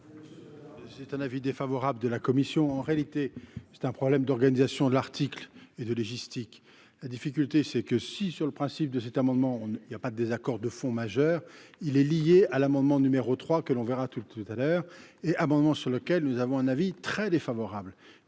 C'est un avis défavorable de la commission, en réalité, c'est un problème d'organisation de l'article et de logistique, la difficulté c'est que si sur le principe de cet amendement, il y a pas de désaccord de fond majeur, il est lié à l'amendement numéro 3 que l'on verra tout à l'heure et abondamment sur lequel nous avons un avis très défavorable